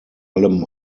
allem